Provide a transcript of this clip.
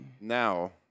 Now